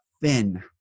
thin